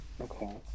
Okay